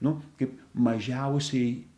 nu kaip mažiausiai